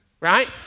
Right